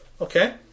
Okay